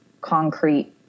concrete